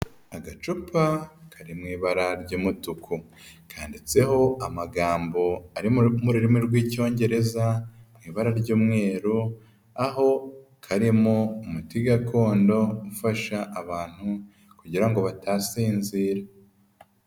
Agacupa kari mu ibara ry'umutuku. Kanditseho amagambo mu rurimi rw'Icyongereza, mu ibara ry'umweru, aho karimo umuti gakondo ufasha abantu kugira ngo batasinzira.